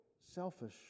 selfish